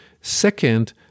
Second